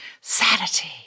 Sanity